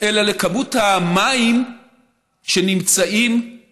אלא לכמות המים שנמצאים